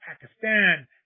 Pakistan